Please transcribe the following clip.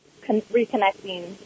reconnecting